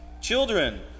children